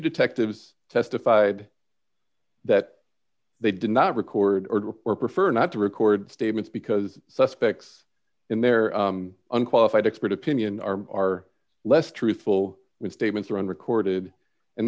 detectives testified that they did not record or prefer not to record statements because suspects in their unqualified expert opinion or are less truthful with statements around recorded and